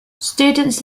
students